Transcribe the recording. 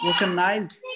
recognized